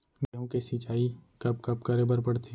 गेहूँ के सिंचाई कब कब करे बर पड़थे?